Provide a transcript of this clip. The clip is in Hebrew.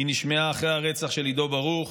היא נשמעה אחרי הרצח של עידו ברוך,